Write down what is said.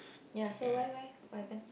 ya so why why what happen